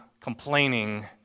complaining